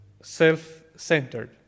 self-centered